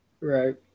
Right